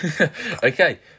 Okay